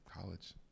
college